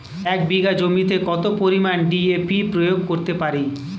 এক বিঘা জমিতে কত পরিমান ডি.এ.পি প্রয়োগ করতে পারি?